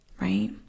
right